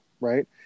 right